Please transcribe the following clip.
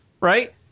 right